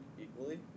equally